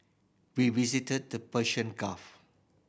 we visited the Persian Gulf